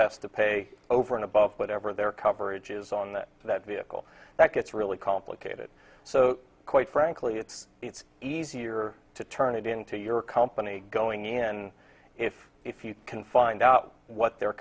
has to pay over and above whatever their coverage is on that vehicle that gets really complicated so quite frankly it's it's easier to turn it into your company going in if if you can find out what their